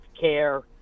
care